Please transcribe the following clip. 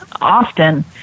often